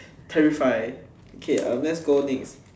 terrify okay let's go next